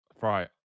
Right